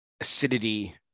acidity